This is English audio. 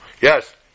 Yes